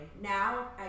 Now